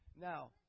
Now